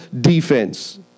defense